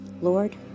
Lord